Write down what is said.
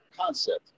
Concept